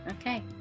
Okay